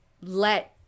let